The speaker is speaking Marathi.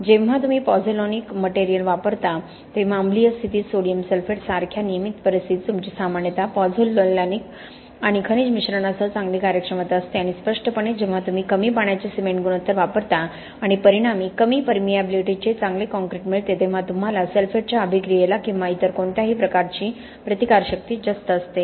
जेव्हा तुम्ही पोझोलॅनिक मटेरियल वापरता तेव्हा अम्लीय स्थितीत सोडियम सल्फेट सारख्या नियमित परिस्थितीत तुमची सामान्यत पॉझोलॅनिक आणि खनिज मिश्रणासह चांगली कार्यक्षमता असते आणि स्पष्टपणे जेव्हा तुम्ही कमी पाण्याचे सिमेंट गुणोत्तर वापरता आणि परिणामी कमी परमिएबिलिटीचे चांगले कॉंक्रिट मिळते तेव्हा तुम्हाला सल्फेटच्या अभिक्रियाला किंवा इतर कोणत्याही प्रकारची प्रतिकारशक्ती जास्त असते